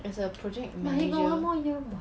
as a project manager